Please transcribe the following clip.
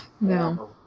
no